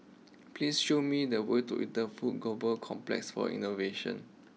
please show me the way to Interpol Global Complex for Innovation